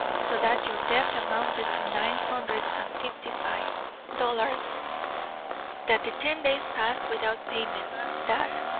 so that your debt amounted to nine hundred and fifty-five dollars that the ten days passed without payment that,